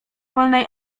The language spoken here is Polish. wolnej